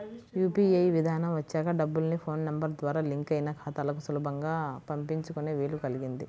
UPI విధానం వచ్చాక డబ్బుల్ని ఫోన్ నెంబర్ ద్వారా లింక్ అయిన ఖాతాలకు సులభంగా పంపించుకునే వీలు కల్గింది